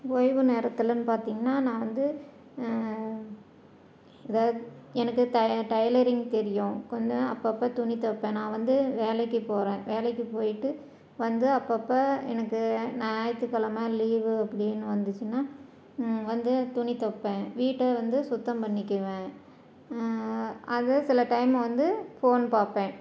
ஓய்வு நேரத்துலைன்னு பார்த்திங்கன்னா நான் வந்து ஏதாவது எனக்கு த டைலரிங் தெரியும் கொஞ்சம் அப்பப்போ துணி தைப்பேன் நான் வந்து வேலைக்கு போகிறேன் வேலைக்கு போய்ட்டு வந்து அப்பப்போ எனக்கு ஞாயித்துக்கெழம லீவு அப்படின்னு வந்துச்சுனால் வந்து துணி தைப்பேன் வீட்டை வந்து சுத்தம் பண்ணிக்குவேன் அது சில டைம் வந்து ஃபோன் பார்ப்பேன்